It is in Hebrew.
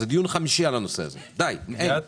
זה דיון חמישי על הנושא הזה, די, אין.